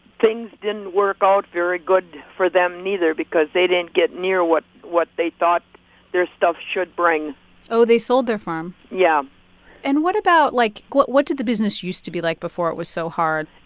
things didn't work out very good for them neither because they didn't get near what what they thought their stuff should bring oh, they sold their farm yeah and what about, like what what did the business used to be like before it was so hard?